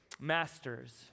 Masters